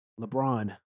LeBron